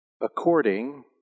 according